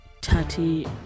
Tati